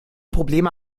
probleme